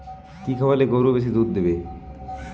কি খাওয়ালে গরু বেশি দুধ দেবে?